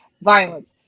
violence